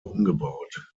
umgebaut